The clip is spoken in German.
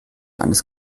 eines